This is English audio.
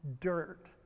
dirt